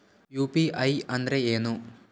UPI ಅಂದ್ರೆ ಏನು?